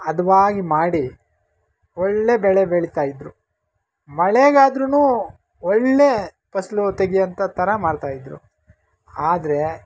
ಹದವಾಗಿ ಮಾಡಿ ಒಳ್ಳೆಯ ಬೆಳೆ ಬೆಳಿತಾ ಇದ್ದರು ಮಳೆಗಾದ್ರು ಒಳ್ಳೆಯ ಫಸಲು ತೆಗೆಯೊಂಥ ಥರ ಮಾಡ್ತಾ ಇದ್ದರು ಆದರೆ